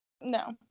No